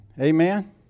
Amen